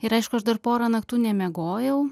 ir aišku aš dar porą naktų nemiegojau